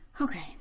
Okay